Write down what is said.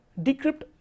decrypt